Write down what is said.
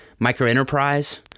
microenterprise